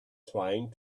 trying